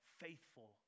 faithful